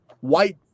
white